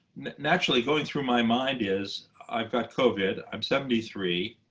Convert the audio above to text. naturally going through my mind is, i've got covid. i'm seventy three.